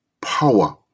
power